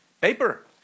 paper